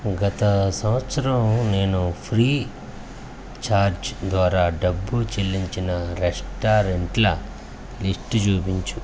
గత సంవత్సరం నేను ఫ్రీచార్జ్ ద్వారా డబ్బు చెల్లించిన రెస్టారెంట్ల లిస్టు చూపించు